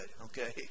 okay